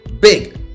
big